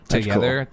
together